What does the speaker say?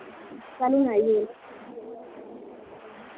चल हू'न आई गेई